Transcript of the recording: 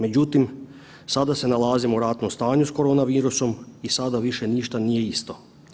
Međutim, sada se nalazimo u ratnom stanju sa korona virusom i sada više ništa nije isto.